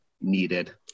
needed